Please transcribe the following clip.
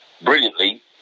brilliantly